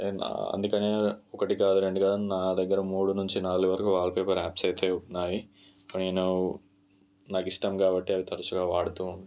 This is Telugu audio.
నేను అందుకనే ఒకటి కాదు రెండు కాదు నా దగ్గర మూడు నుంచి నాలుగు వరకు వాల్ పేపర్ యాప్స్ అయితే ఉన్నాయి నేను నాకిష్టం కాబట్టి అవి తరచుగా వాడుతూ ఉంటాను